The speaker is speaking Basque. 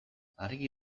argi